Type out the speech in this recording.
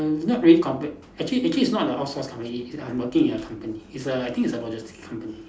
not really complex actually actually it's not a outsource company is I'm working in a company it's a I think it's a logistic company